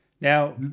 Now